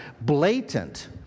blatant